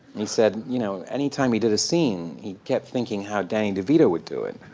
and he said, you know any time he did a scene, he kept thinking how danny devito would do it.